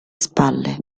spalle